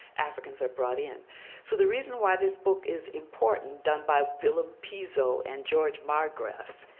africans are brought in. so the reason why this book is important, done by willem piso and george marcgrave,